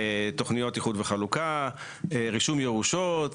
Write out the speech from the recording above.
תוכניות איחוד וחלוקה, רישום ירושות.